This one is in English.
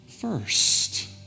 first